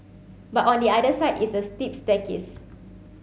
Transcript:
but on the other side is a steep staircase